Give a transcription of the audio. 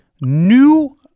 new